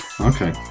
Okay